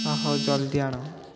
ହ ହଉ ଜଲ୍ଦି ଆଣ